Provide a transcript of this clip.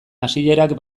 hasierak